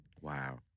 Wow